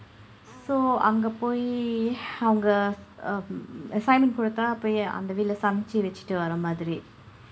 so அங்க போய் அவங்க:angka pooy avangka um assignment கொடுத்த போய் அந்த வீட்டில போய் சமைத்து வைத்துட்டு வர மாதிரி:koduththa pooy andtha vitdila pooy samaiththu vaiththutdu vara maathiri